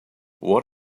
what